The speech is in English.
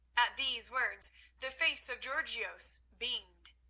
at these words the face of georgios beamed.